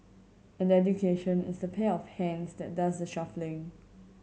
and education is the pair of hands that does the shuffling